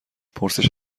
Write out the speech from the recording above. پرسش